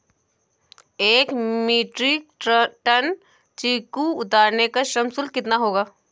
एक metric tonne चीकू उतारने का श्रम शुल्क कितना होगा?